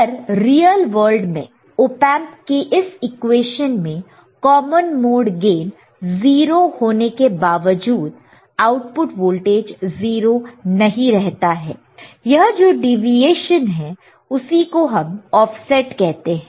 पर real world में opamp कि इस इक्वेशन में कॉमन मोड गेन 0 होने के बावजूद आउटपुट वोल्टेज 0 नहीं रहता है यह जो डेविएशन है उसी को हम ऑफसेट कहते हैं